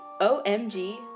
OMG